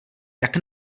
jak